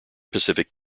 pacific